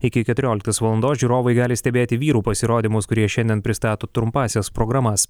iki keturioliktos valandos žiūrovai gali stebėti vyrų pasirodymus kurie šiandien pristato trumpąsias programas